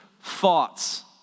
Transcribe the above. thoughts